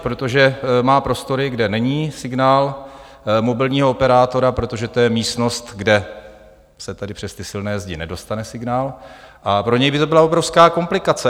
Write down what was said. Protože má prostory, kde není signál mobilního operátora, protože to je místnost, kde se přes ty silné zdi nedostane signál, a pro něj by to byla obrovská komplikace.